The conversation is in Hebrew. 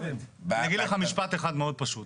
אני אגיד לך משפט אחד מאוד פשוט.